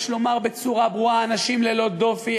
יש לומר בצורה ברורה: אנשים ללא דופי,